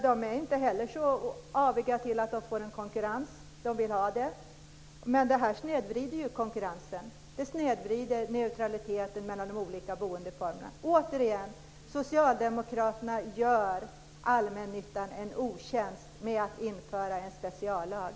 De är inte heller så aviga till att de får konkurrens, de vill ha det. Men det här snedvrider ju konkurrensen och neutraliteten mellan de olika boendeformerna. Återigen: Socialdemokraterna gör allmännyttan en otjänst med att införa en speciallag.